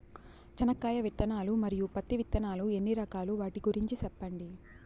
చెనక్కాయ విత్తనాలు, మరియు పత్తి విత్తనాలు ఎన్ని రకాలు వాటి గురించి సెప్పండి?